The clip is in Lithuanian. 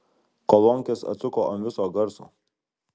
kolonkes atsuko ant viso garso